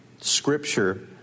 Scripture